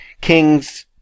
King's